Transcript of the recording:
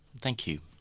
thank you.